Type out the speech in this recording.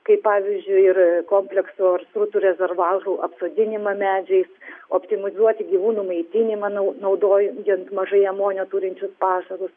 kaip pavyzdžiui ir kompleksu ar srutų rezervuarų apsodinimą medžiais optimizuoti gyvūnų maitinimą nau naudo jant mažai amonio turinčius pašarus